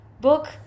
book